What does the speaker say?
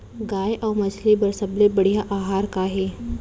गाय अऊ मछली बर सबले बढ़िया आहार का हे?